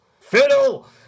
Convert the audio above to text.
FIDDLE